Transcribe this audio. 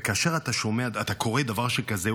וכאשר אתה שומע ואתה קורא דבר שכזה,